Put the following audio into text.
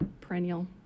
perennial